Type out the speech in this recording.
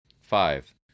five